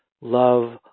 love